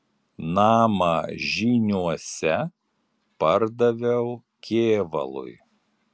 namą žyniuose pardaviau kėvalui